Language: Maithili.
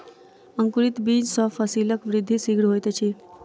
अंकुरित बीज सॅ फसीलक वृद्धि शीघ्र होइत अछि